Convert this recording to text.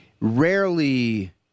rarely